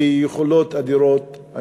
ביכולות אדירות.